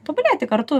tobulėti kartu